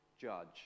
judge